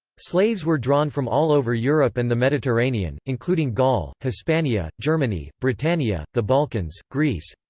slaves were drawn from all over europe and the mediterranean, including gaul, hispania, germany, britannia, the balkans, greece.